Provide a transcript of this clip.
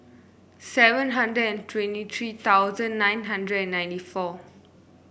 seven hundred and twenty three thousand nine hundred and ninety four